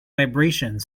vibrations